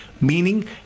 Meaning